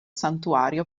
santuario